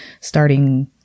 starting